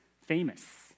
famous